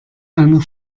einer